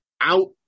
Out